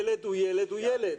ילד הוא ילד, הוא ילד.